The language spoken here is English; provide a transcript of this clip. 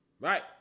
right